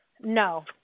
No